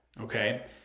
Okay